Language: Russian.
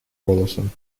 голосом